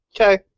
Okay